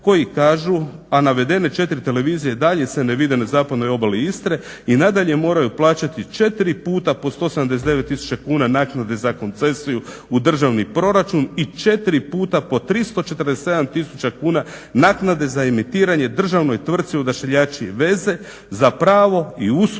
u Istri, a navedene 4 televizije i dalje se ne vide na zapadnoj obali Istre i nadalje moraju plaćati 4 puta po 179 tisuća kuna naknade za koncesiju u državni proračun i 4 puta po 347 tisuća kuna naknade za emitiranje državnoj tvrtki Odašiljači i veze za pravo i uslugu